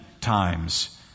times